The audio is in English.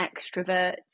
extrovert